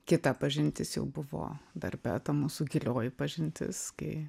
kita pažintis jau buvo darbe ta mūsų gilioji pažintis kai